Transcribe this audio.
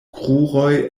kruroj